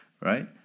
right